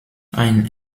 ein